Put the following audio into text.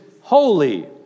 holy